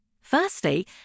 Firstly